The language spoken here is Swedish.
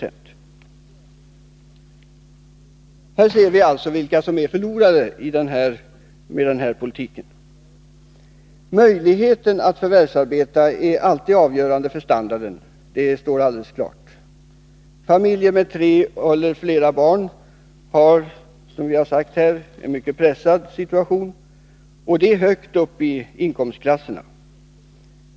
Av detta ser vi alltså vilka som är förlorarna med den politiken. Möjligheten att förvärvsarbeta är alltid avgörande för standarden — det står alldeles klart. Familjer med tre eller flera barn har, som vi har framhållit, en mycket pressad situation — och det högt upp i inkomstklasserna.